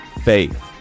Faith